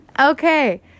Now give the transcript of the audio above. okay